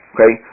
Okay